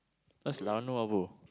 what's lao nua bro